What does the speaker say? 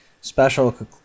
special